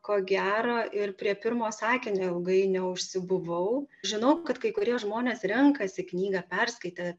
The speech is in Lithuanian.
ko gero ir prie pirmo sakinio ilgai neužsibuvau žinau kad kai kurie žmonės renkasi knygą perskaitę